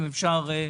אם אפשר,